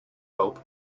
hope